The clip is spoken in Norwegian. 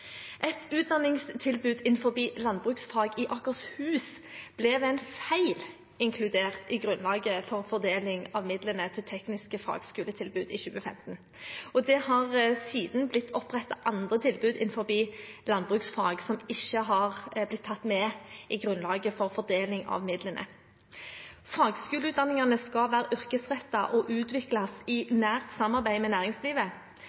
Et utdanningstilbud innenfor landbruksfag i Akershus ble ved en feil inkludert i grunnlaget for fordeling av midlene til tekniske fagskoletilbud i 2015, og det har siden blitt opprettet andre tilbud innenfor landbruksfag som ikke har blitt tatt med i grunnlaget for fordeling av midlene. Fagskoleutdanningene skal være yrkesrettet og utvikles i nært samarbeid med næringslivet.